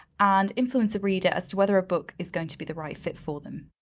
and influence a reader as to whether a book is going to be the right fit for them.